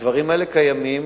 הדברים האלה קיימים,